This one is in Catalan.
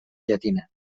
llatina